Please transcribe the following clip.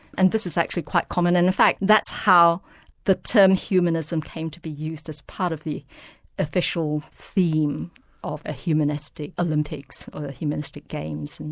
and this is actually quite common and in fact that's how the term humanism came to be used as part of the official theme of a humanistic olympics, or a humanistic games,